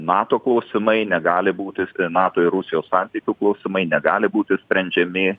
nato klausimai negali būti nato ir rusijos santykių klausimai negali būti sprendžiami